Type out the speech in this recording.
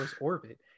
orbit